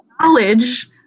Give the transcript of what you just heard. knowledge